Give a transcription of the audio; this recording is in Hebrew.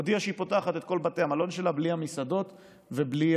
הודיעה שהיא פותחת את כל בתי המלון שלה בלי המסעדות ובלי